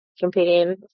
competing